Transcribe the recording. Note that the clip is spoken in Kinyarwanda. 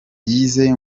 yize